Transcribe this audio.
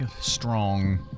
strong